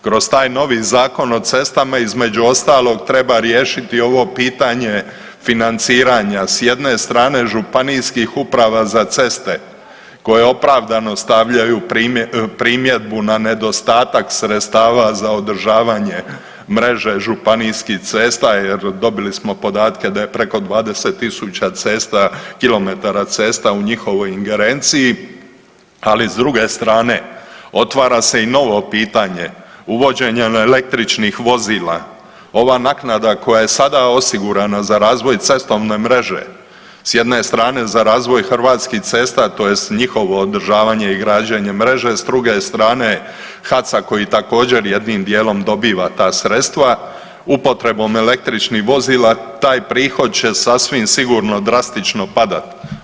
Kroz taj novi Zakon o cestama između ostalog treba riješiti ovo pitanje financiranja s jedne strane županijskih uprava za ceste koje opravdano stavljaju primjedbu na nedostatak sredstava za održavanje mreže županijskih cesta jer dobili smo podatke da je preko 20.000 cesta kilometara cesta u njihovoj ingerenciji, ali s druge strane otvara se i novo pitanje uvođenjem električnih vozila ova naknada koja je sada osigurana za razvoj cestovne mreže s jedne strane za razvoj Hrvatskih cesta tj. njihovo održavanje i građenje mreže s druge HAC-a koji također jednim dijelom dobiva ta sredstava, upotrebom električnih vozila taj prihod će sasvim sigurno drastično padat.